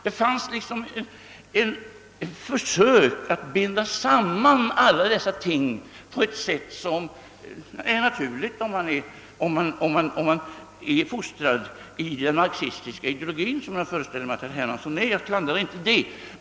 Det fanns liksom ett försök att binda sam man alla dessa ting på ett sätt som är naturligt, om man är fostrad i den marxistiska ideologin, som jag föreställer mig att herr Hermansson är — jag klandrar inte det.